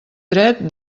dret